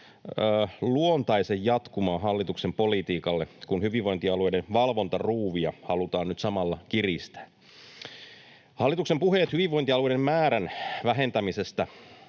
luontaisen jatkumon hallituksen politiikalle, kun hyvinvointialueiden valvontaruuvia halutaan nyt samalla kiristää. Hallituksen puheet hyvinvointialueiden määrän vähentämisestä